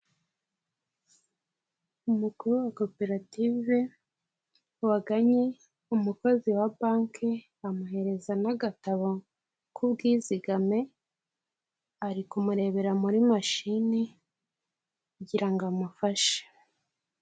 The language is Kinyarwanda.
Umukuru wa koperative waganye umukozi wa banki amuhereza n'agatabo k'ubwizigame ari kumurebera muri mashini kugira ngo amufashe.